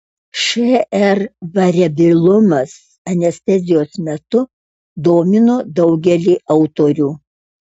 šr variabilumas anestezijos metu domino daugelį autorių